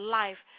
life